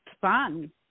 fun